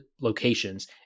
locations